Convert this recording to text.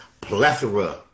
plethora